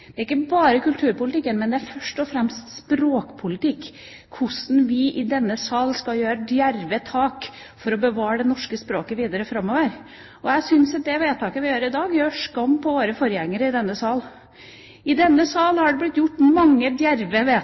Det er ikke bare kulturpolitikk, men først og fremst språkpolitikk – hvordan vi i denne sal skal ta djerve tak for å bevare det norske språket videre framover. Jeg syns at det vedtaket vi gjør i dag, gjør skam på våre forgjengere i denne sal. I denne sal har det blitt gjort mange djerve